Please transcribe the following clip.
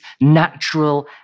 natural